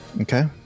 Okay